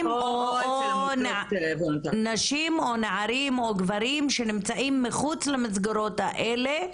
או אצל עמותות --- נשים או נערים או גברים שנמצאים מחוץ למסגרות האלה,